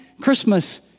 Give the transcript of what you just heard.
Christmas